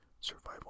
survival